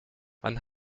wann